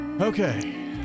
Okay